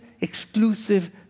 exclusive